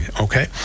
okay